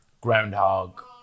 groundhog